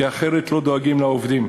כי אחרת לא דואגים לעובדים.